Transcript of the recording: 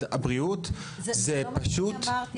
הבריאות זה פשוט --- זה לא מה שאמרתי.